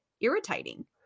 irritating